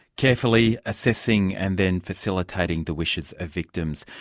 carefully assessing and then facilitating the wishes of victims.